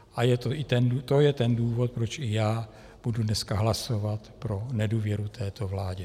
A to je ten důvod, proč i já budu dneska hlasovat pro nedůvěru této vládě.